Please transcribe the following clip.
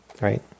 right